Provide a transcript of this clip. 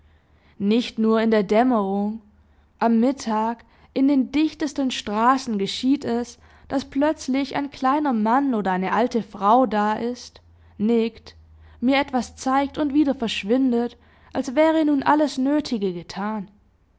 nicht nur in der dämmerung am mittag in den dichtesten straßen geschieht es daß plötzlich ein kleiner mann oder eine alte frau da ist nickt mir etwas zeigt und wieder verschwindet als wäre nun alles nötige getan